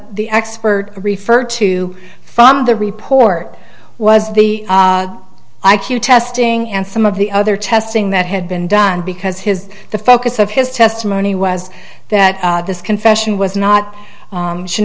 the expert referred to from the report was the i q testing and some of the other testing that had been done because his the focus of his testimony was that this confession was not should